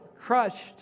crushed